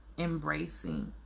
Embracing